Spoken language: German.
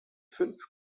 fünf